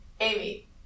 Amy